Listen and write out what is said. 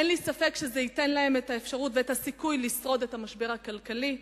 אין לי ספק שזה ייתן להם אפשרות וסיכוי לשרוד את המשבר הכלכלי.